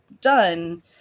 done